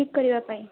ଠିକ୍ କରିବା ପାଇଁ